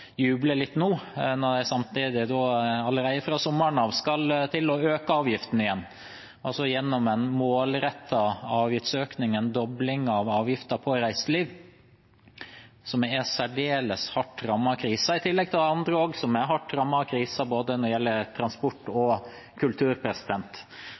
øke avgiftene igjen gjennom en målrettet avgiftsøkning, en dobling av avgiftene på reiseliv, som er særdeles hardt rammet av krisen. I tillegg er det andre som er hardt rammet av krisen, det gjelder både transport og